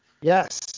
Yes